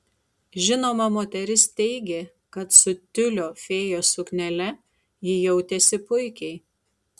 žinoma moteris teigė kad su tiulio fėjos suknele ji jautėsi puikiai